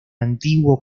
antiguo